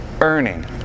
earning